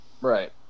right